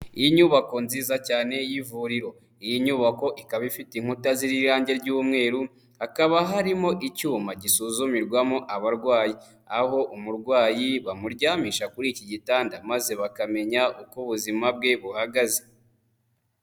Inyubako nziza cyane y'ivuriro, iyi nyubako ikaba ifite inkuta ziriho irangi ry'umweru, hakaba harimo icyuma gisuzumirwamo abarwayi, aho umurwayi bamuryamisha kuri iki gitanda maze bakamenya uko ubuzima bwe buhagaze.